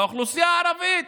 לאוכלוסייה הערבית,